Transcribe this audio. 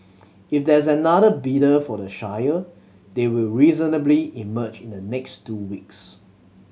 if there is another bidder for the Shire they will reasonably emerge in the next two weeks